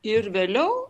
ir vėliau